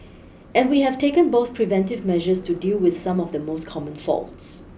and we have taken both preventive measures to deal with some of the most common faults